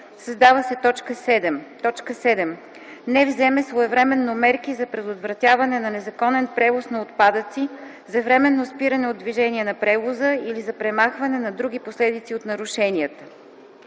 създава се т. 7: „7. не вземе своевременно мерки за предотвратяване на незаконен превоз на отпадъци, за временно спиране от движение на превоза или за премахване на други последици от нарушенията.”